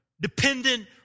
dependent